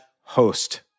host